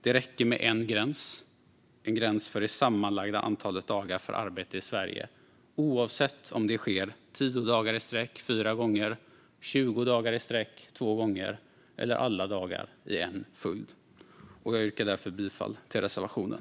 Det räcker med en gräns - en gräns för det sammanlagda antalet dagar för arbete i Sverige, oavsett om det sker tio dagar i sträck fyra gånger, tjugo dagar i sträck två gånger eller alla dagar i en enda följd. Jag yrkar därför bifall till reservationen.